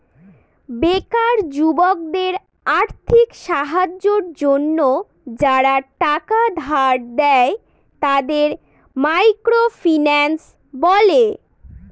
বেকার যুবকদের আর্থিক সাহায্যের জন্য যারা টাকা ধার দেয়, তাদের মাইক্রো ফিন্যান্স বলে